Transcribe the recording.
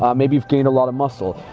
maybe you've gained a lot of muscle.